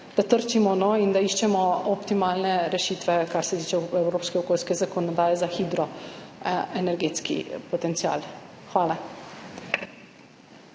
da trčimo in da iščemo optimalne rešitve, kar se tiče evropske okoljske zakonodaje za hidroenergetski potencial. Hvala.